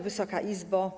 Wysoka Izbo!